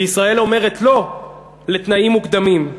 וישראל אומרת לא לתנאים מוקדמים.